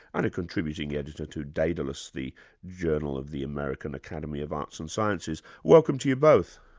and a contributing editor to daedalus, the journal of the american academy of arts and sciences. welcome to you both.